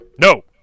No